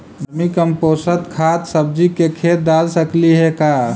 Vermi compost खाद सब्जी के खेत दाल सकली हे का?